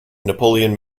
napoleon